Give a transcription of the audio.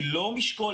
היא לא משקולת,